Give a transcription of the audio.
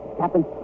captain